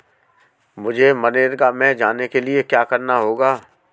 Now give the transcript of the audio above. मुझे मनरेगा में जाने के लिए क्या करना होगा?